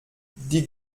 die